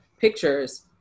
pictures